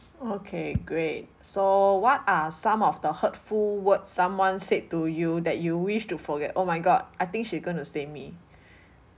okay great so what are some of the hurtful words someone said to you that you wish to forget oh my god I think she going to say me